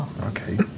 Okay